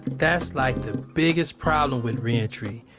that's like the biggest problem with re-entry,